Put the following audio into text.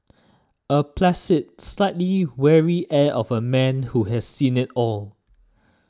a placid slightly weary air of a man who has seen it all